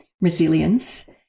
resilience